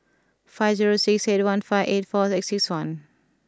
five zero six eight one five eight four six one